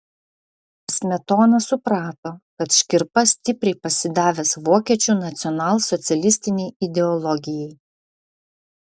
smetona suprato kad škirpa stipriai pasidavęs vokiečių nacionalsocialistinei ideologijai